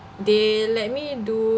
they let me do